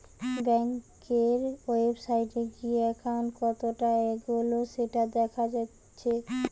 বেংকের ওয়েবসাইটে গিয়ে একাউন্ট কতটা এগোলো সেটা দেখা জাতিচ্চে